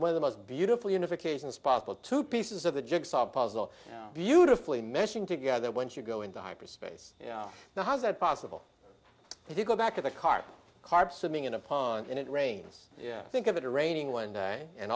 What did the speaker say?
one of the most beautiful unifications possible two pieces of the jigsaw puzzle beautifully meshing together once you go into hyperspace you know now how is that possible if you go back to the car carb swimming in a pond and it rains yeah i think of it raining one day and